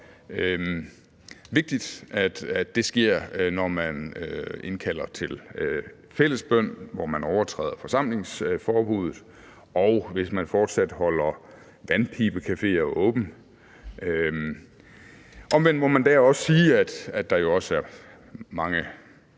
også vigtigt, at det sker, når man indkalder til fællesbøn, hvor man overtræder forsamlingsforbuddet, og hvis man fortsat holder vandpibecafeer åbne. Omvendt må man der også sige, at der jo også er mange